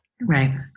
Right